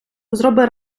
зроби